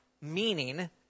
meaning